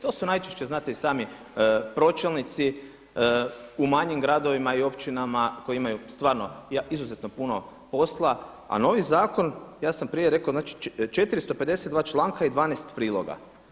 To su najčešće znate i sami pročelnici u manjim gradovima i općinama koji imaju stvarno izuzetno puno posla, a novi zakon, ja sam prije rekao, 452 članka i 12 priloga.